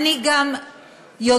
אני גם יודעת